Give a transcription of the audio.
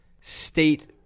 state